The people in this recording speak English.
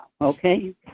okay